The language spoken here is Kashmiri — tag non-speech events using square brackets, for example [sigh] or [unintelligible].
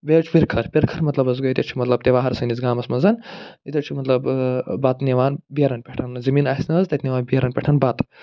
بیٚیہِ حظ چھِ پِرخٲر پِرخٲر مطلب حظ گٔے یہِ تہِ حظ چھِ مطلب تہوار سٲنِس گامَس منٛز ییٚتہِ حظ چھِ مطلب بَتہٕ نِوان بیرَن پٮ۪ٹھ [unintelligible] زٔمیٖن آسہِ نہٕ حظ تَتہِ نِوان بیرَن پٮ۪ٹھ بَتہٕ